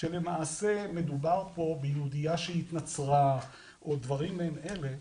שלמעשה מדובר פה ביהודייה שהתנצרה או דברים מן אלה.